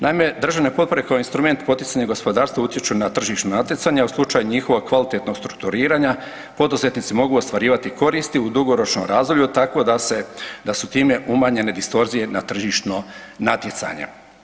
Naime, državne potpore kao instrument poticanja gospodarstva utječu na tržišno natjecanje, a u slučaju njihova kvalitetnog strukturiranja poduzetnici mogu ostvarivati koristi u dugoročnom razdoblju tako da su time umanjene distorzije na tržišno natjecanje.